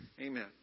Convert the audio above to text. amen